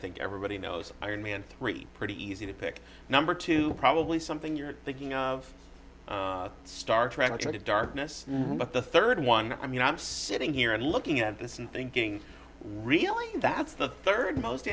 think everybody knows iron man three pretty easy to pick number two probably something you're thinking of star trek into darkness but the third one i mean i'm sitting here looking at this and thinking really that's the third most